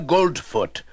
Goldfoot